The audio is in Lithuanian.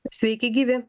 sveiki gyvi